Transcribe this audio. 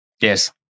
Yes